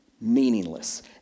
meaningless